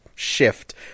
shift